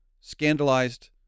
scandalized